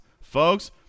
folks